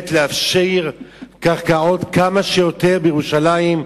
להפשיר באמת קרקעות, כמה שיותר, בירושלים,